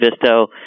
Visto